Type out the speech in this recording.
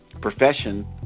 profession